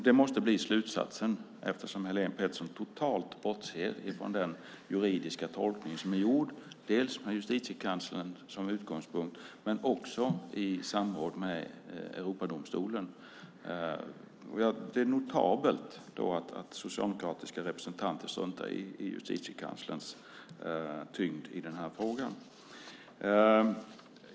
Det måste bli slutsatsen eftersom Helén Pettersson totalt bortser från den juridiska tolkning som är gjord dels med Justitiekanslern som utgångspunkt, dels i samråd med Europadomstolen. Det är notabelt att socialdemokratiska representanter struntar i Justitiekanslerns tyngd i den här frågan.